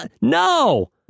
No